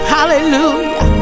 Hallelujah